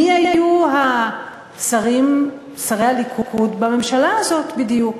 מי היו השרים, שרי הליכוד, בממשלה הזאת בדיוק?